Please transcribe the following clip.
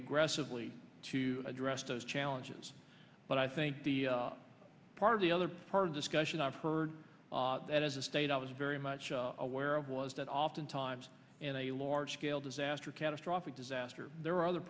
aggressively to address those challenges but i think the part of the other part of discussion i've heard that as a state i was very much aware of was that oftentimes in a large scale disaster catastrophic disaster there are other